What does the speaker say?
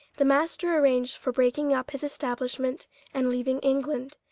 the master arranged for breaking up his establishment and leaving england.